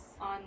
On